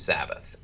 Sabbath